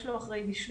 יש לו אחראי משמרת,